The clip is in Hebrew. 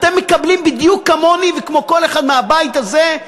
אתם מקבלים בדיוק כמוני וכמו כל אחד מהבית הזה,